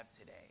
today